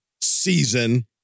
season